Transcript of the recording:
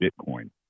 Bitcoin